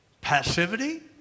passivity